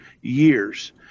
years